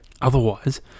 otherwise